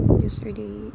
yesterday